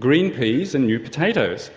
green peas and new potatoes.